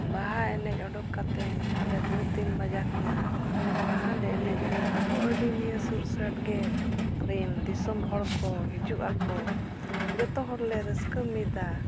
ᱵᱟᱦᱟ ᱮᱱᱮᱡ ᱚᱰᱚᱠ ᱠᱟᱛᱮᱱ ᱟᱞᱮ ᱫᱩ ᱛᱤᱱ ᱵᱟᱡᱟ ᱠᱷᱚᱱᱟ ᱵᱟᱦᱟ ᱞᱮ ᱮᱱᱮᱡᱟ ᱟᱨᱦᱚᱸ ᱟᱹᱰᱤ ᱱᱤᱭᱟᱹ ᱥᱩᱨ ᱥᱟᱰᱜᱮ ᱨᱮᱱ ᱫᱤᱥᱚᱢ ᱦᱚᱲ ᱠᱚ ᱦᱤᱡᱩᱜ ᱟᱠᱚ ᱡᱚᱛᱚ ᱦᱚᱲᱞᱮ ᱨᱟᱹᱥᱠᱟᱹ ᱢᱤᱫᱟ